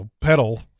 pedal